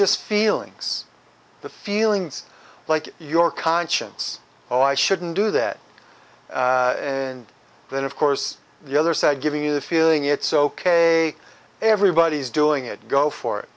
just feelings the feelings like your conscience oh i shouldn't do that and then of course the other side giving you the feeling it's ok everybody's doing it go for it